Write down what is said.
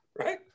right